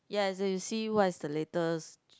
yes you see what is the latest